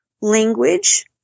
language